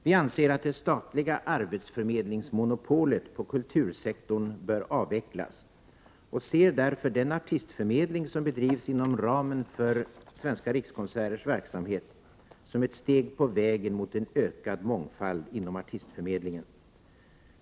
Vi anser att det statliga arbetsförmedlingsmonopolet på kultursektorn bör avvecklas och ser därför den artistförmedling som bedrivs inom ramen för Svenska rikskonserters verksamhet som ett steg på vägen mot en ökad mångfald inom artistförmedlingen.